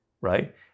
right